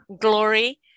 glory